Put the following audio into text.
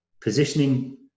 positioning